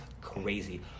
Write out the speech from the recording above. crazy